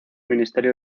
ministerio